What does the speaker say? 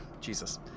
Jesus